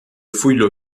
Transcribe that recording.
fouilles